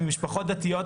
ממשפחות דתיות,